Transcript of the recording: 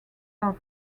are